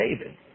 David